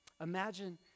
Imagine